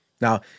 Now